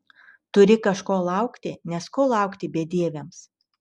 turi kažko laukti nes ko laukti bedieviams